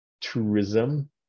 tourism